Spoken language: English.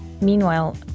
Meanwhile